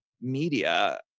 media